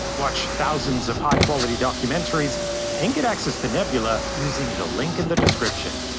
watch thousands of high-quality documentaries and get access to nebula using the link in the description.